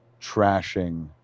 trashing